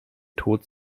tod